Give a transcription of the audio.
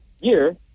year